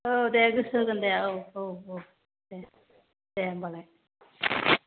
औ दे गोसो होगोन दे औ औ औ दे दे होमब्लालाय